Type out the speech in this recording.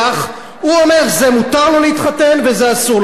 הוא אומר: זה מותר לו להתחתן, וזה אסור לו להתחתן.